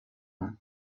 all